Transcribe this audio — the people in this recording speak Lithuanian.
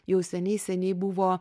jau seniai seniai buvo